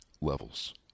levels